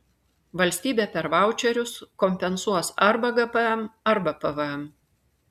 valstybė per vaučerius kompensuos arba gpm arba pvm